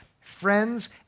friends